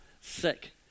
sick